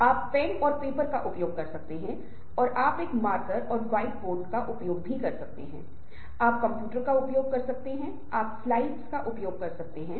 यह जानने के लिए आप एक सर्वेक्षण में हिस्सा ले सकते हैं यहाँ एक लिंक पहले ही उपलब्ध कराए गए हैं जिससे आप यह जान सकते हैं